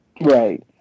Right